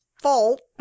fault